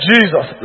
Jesus